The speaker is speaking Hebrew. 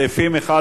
סעיפים 1